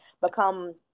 become